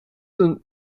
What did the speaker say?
een